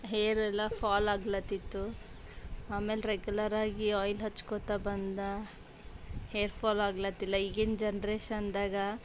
ಹೇರೆಲ್ಲ ಫಾಲಾಗ್ಲತಿತ್ತು ಆಮೇಲೆ ರೆಗ್ಯುಲರಾಗಿ ಆಯ್ಲ್ ಹಚ್ಕೊಳ್ತಾ ಬಂದ ಹೇರ್ ಫಾಲಾಗ್ಲತಿಲ್ಲ ಈಗಿನ ಜನ್ರೇಶನ್ದಾಗ